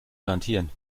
garantieren